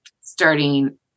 starting